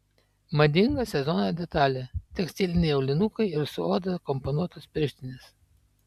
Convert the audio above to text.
madinga sezono detalė tekstiliniai aulinukai ir su oda komponuotos pirštinės